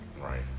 Right